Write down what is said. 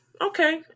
okay